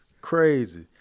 crazy